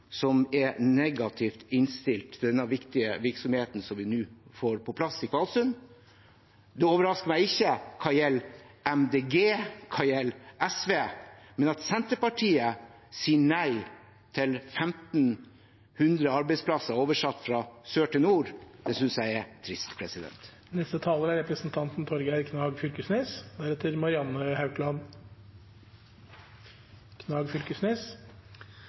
som er negativt innstilt til denne viktige virksomheten som vi nå får på plass i Kvalsund. Det overrasker meg ikke når det gjelder Miljøpartiet De Grønne og SV, men at Senterpartiet sier nei til 1 500 arbeidsplasser – fra sør til nord – synes jeg er trist. Viss Vår Herre har gitt oss naturen, verkar det som om representanten Per-Willy Amundsen er